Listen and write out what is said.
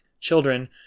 children